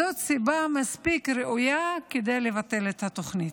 זאת סיבה מספיק ראויה כדי לבטל את התוכנית.